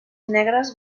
negres